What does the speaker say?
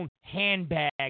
handbag